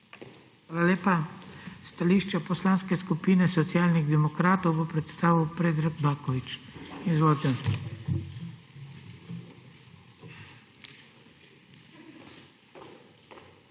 Hvala lepa. Stališče Poslanske skupine Socialnih demokratov bo predstavil Predrag Baković. Izvolite. **PREDRAG